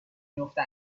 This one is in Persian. میفته